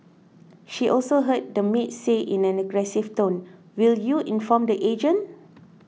she also heard the maid say in an aggressive tone will you inform the agent